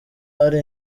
ari